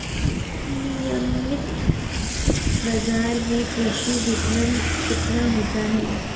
नियमित बाज़ार में कृषि विपणन कितना होता है?